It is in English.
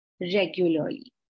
regularly